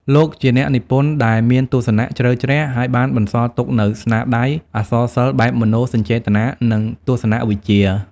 លោកជាអ្នកនិពន្ធដែលមានទស្សនៈជ្រៅជ្រះ ហើយបានបន្សល់ទុកនូវស្នាដៃអក្សរសិល្ប៍បែបមនោសញ្ចេតនា និងទស្សនវិជ្ជា។